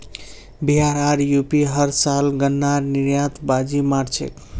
बिहार आर यू.पी हर साल गन्नार निर्यातत बाजी मार छेक